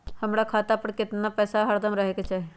हमरा खाता पर केतना पैसा हरदम रहे के चाहि?